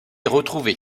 retrouvé